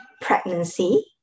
pregnancy